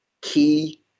key